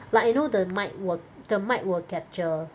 like I know the mic will the mic will capture